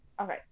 Okay